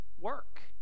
work